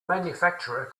manufacturer